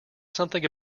something